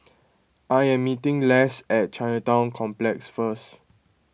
I am meeting Less at Chinatown Complex first